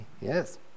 Yes